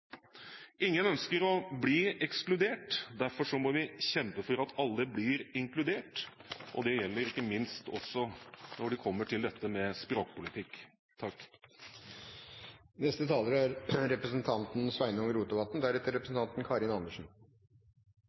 Ingen ønsker å bli ekskludert. Derfor må vi kjempe for at alle blir inkludert. Det gjelder ikke minst også når det kommer til språkpolitikk. For dei som fekk med seg programmet «Jakten på Norge» på NRK på søndag, er